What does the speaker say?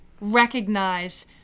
recognize